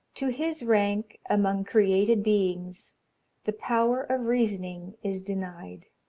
to his rank among created beings the power of reasoning is denied!